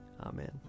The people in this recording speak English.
Amen